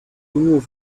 remove